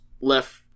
left